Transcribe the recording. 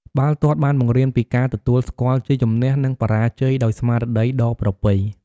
បាល់ទាត់បានបង្រៀនពីការទទួលស្គាល់ជ័យជំនះ និងបរាជ័យដោយស្មារតីដ៏ប្រពៃ។